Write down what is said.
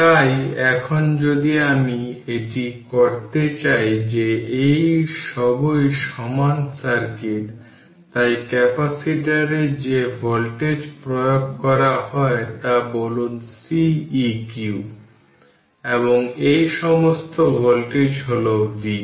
তাই এখন যদি আমি এটি করতে চাই যে এই সবই সমান সার্কিট তাই এই ক্যাপাসিটরে যে ভোল্টেজ প্রয়োগ করা হয় তা বলুন Ceq এবং এই সমস্ত ভোল্টেজ হল v